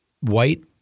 white